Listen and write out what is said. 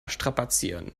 strapazieren